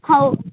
हो